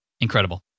Incredible